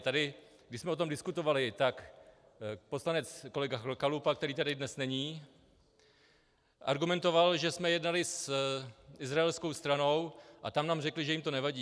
Tady, když jsme o tom diskutovali, tak poslanec kolega Chalupa, který tady dnes není, argumentoval, že jsme jednali s izraelskou stranou a tam nám řekli, že jim to nevadí.